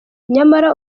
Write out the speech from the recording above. nyamara